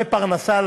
בשנה.